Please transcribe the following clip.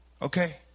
Okay